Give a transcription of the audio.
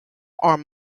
are